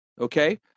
okay